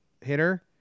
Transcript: hitter